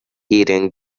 keyring